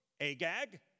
Agag